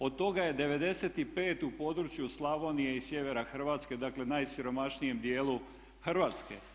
Od toga je 95 u području Slavonije i sjevera Hrvatske dakle najsiromašnijem dijelu Hrvatske.